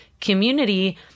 community